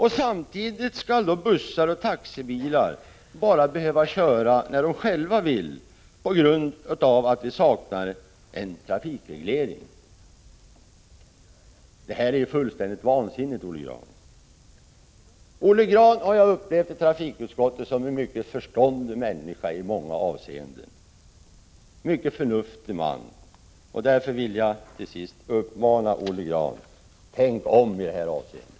Samtidigt skall då bussar och taxibilar bara behöva köra när förarna själva vill det, på grund av att vi saknar trafikreglering. Det är fullständigt vansinnigt, Olle Grahn. Olle Grahn har jag upplevt i trafikutskottet som en mycket förståndig människa i många avseenden, en mycket förnuftig man. Därför vill jag till sist 19 uppmana Olle Grahn: Tänk om i detta avseende!